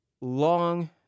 Long